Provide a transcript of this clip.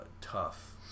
tough